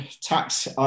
tax